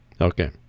Okay